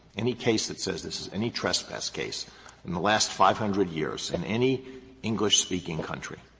any case that says this is any trespass case in the last five hundred years in any english-speaking country?